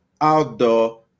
outdoor